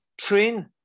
Train